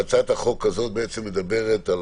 הצעת החוק הזו מדברת על